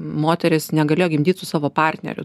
moteris negalėjo gimdyt su savo partneriu